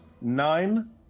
nine